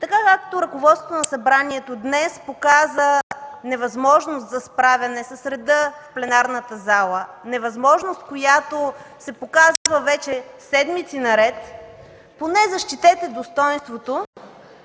Така както ръководството на събранието днес показа невъзможност за справяне с реда в пленарната зала, невъзможност, която се показва вече седмици наред, поне защитете достойнството